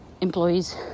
employees